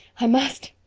i must.